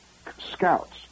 scouts